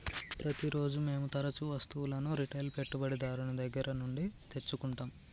ప్రతిరోజూ మేము తరుచూ వస్తువులను రిటైల్ పెట్టుబడిదారుని దగ్గర నుండి తెచ్చుకుంటం